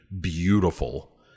beautiful